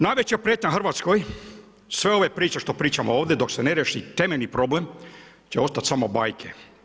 Najveća prijetnja Hrvatskoj sve ove priče što pričamo ovdje dok se ne riješi temeljni problem će ostat samo bajke.